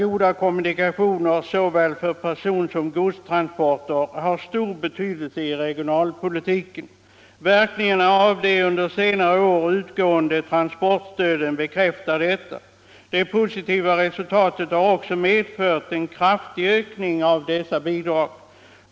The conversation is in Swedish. Goda kommunikationer för såväl personsom godstransporter har stor betydelse i regionalpolitiken. Verkningarna av de under senare år utgående transportstöden bekräftar detta. Det positiva resultatet har också medfört kraftig ökning av dessa bidrag.